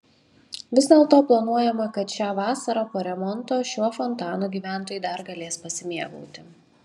vis dėlto planuojama kad šią vasarą po remonto šiuo fontanu gyventojai dar galės pasimėgauti